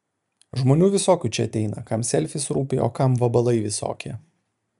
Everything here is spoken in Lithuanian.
žmonių visokių čia ateina kam selfis rūpi o kam vabalai visokie